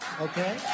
okay